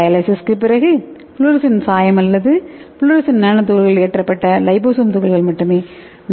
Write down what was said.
டயாலிசிஸுக்குப் பிறகு ஃப்ளோரசன்ட் சாயம் அல்லது ஃப்ளோரசன்ட் நானோ துகள்கள் ஏற்றப்பட்ட லிபோசோம் துகள்கள் மட்டுமே நமக்குக் கிடைக்கும்